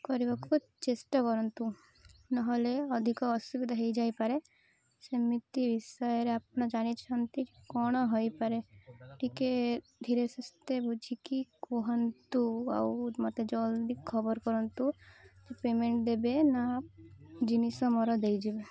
କରିବାକୁ ଚେଷ୍ଟା କରନ୍ତୁ ନହେଲେ ଅଧିକ ଅସୁବିଧା ହେଇଯାଇପାରେ ସେମିତି ବିଷୟରେ ଆପଣ ଜାଣିଛନ୍ତି କ'ଣ ହେଇପାରେ ଟିକେ ଧୀରେ ସୁସ୍ଥେ ବୁଝିକି କୁହନ୍ତୁ ଆଉ ମୋତେ ଜଲ୍ଦି ଖବର କରନ୍ତୁ ପେମେଣ୍ଟ ଦେବେ ନା ଜିନିଷ ମୋର ଦେଇଯିବେ